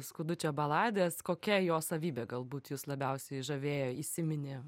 skudučio baladės kokia jo savybė galbūt jus labiausiai žavėjo įsiminė